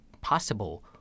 possible